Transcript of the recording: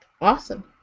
Awesome